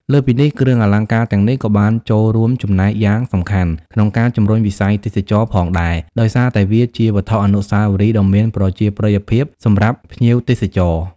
លើសពីនេះ គ្រឿងអលង្ការទាំងនេះក៏បានចូលរួមចំណែកយ៉ាងសំខាន់ក្នុងការ ជំរុញវិស័យទេសចរណ៍ ផងដែរ ដោយសារតែវាជាវត្ថុអនុស្សាវរីយ៍ដ៏មានប្រជាប្រិយភាពសម្រាប់ភ្ញៀវទេសចរ។